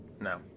No